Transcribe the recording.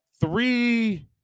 Three